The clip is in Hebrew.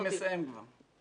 אני כבר מסיים אותה.